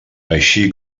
així